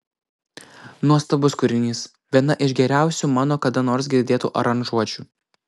nuostabus kūrinys viena iš geriausių mano kada nors girdėtų aranžuočių